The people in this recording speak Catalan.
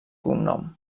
cognom